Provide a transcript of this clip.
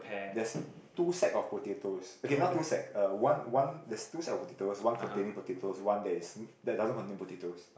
there's two sacks of potatoes okay not two sacks uh one one there's two set of potatoes one containing potatoes one there is that doesn't containing potatoes